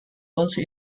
also